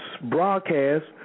broadcast